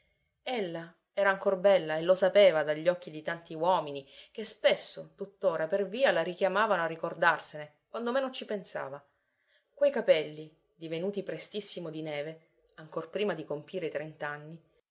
ella era ancor bella e lo sapeva dagli occhi di tanti uomini che spesso tuttora per via la richiamavano a ricordarsene quando meno ci pensava quei capelli divenuti prestissimo di neve ancor prima di compire